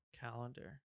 calendar